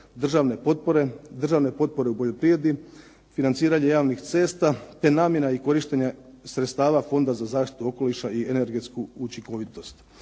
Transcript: državne potpore u poljoprivredi, financiranje javnih cesta, te namjena i korištenje sredstava Fonda za zaštitu okoliša i energentsku učinkovitost.